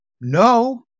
No